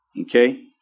Okay